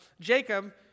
Jacob